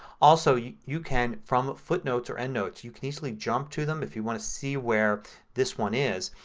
also you you can, from a footnote or an endnote, you can easily jump to them if you want to see where this one is.